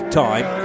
time